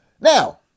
now